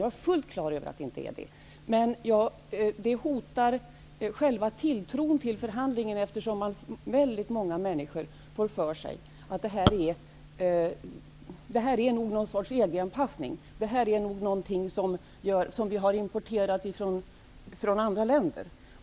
Jag är fullt klar över att det inte är fråga om en EG-anpassning, men detta hotar själva tilltron till förhandlingen. Många människor får för sig att det här nog är något som vi har importerat från andra länder.